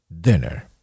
dinner